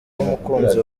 umukunzi